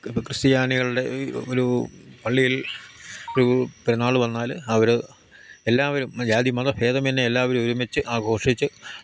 ഇപ്പോൾ ക്രിസ്റ്റ്യാനികളുടെ ഈ ഒരൂ പള്ളിയിൽ ഒരൂ പെരുന്നാൾ വന്നാൽ അവർ എല്ലാവരും ജാതി മതഭേദമന്യേ എല്ലാവരും ഒരുമിച്ച് ആഘോഷിച്ച്